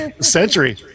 Century